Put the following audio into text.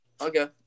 Okay